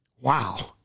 Wow